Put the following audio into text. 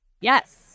Yes